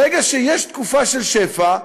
ברגע שיש תקופה של שפע,